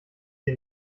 sie